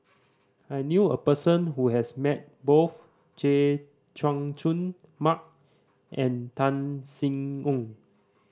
I knew a person who has met both Chay Jung Jun Mark and Tan Sin Aun